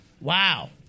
wow